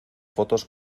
fotos